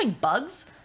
bugs